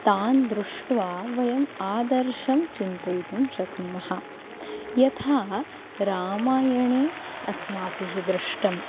तान् दृष्ट्वा वयम् आदर्शं चिन्तयितुं शक्नुमः यथा रामायणे अस्माभिः दृष्टं